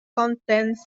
contents